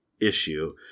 issue